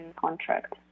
contract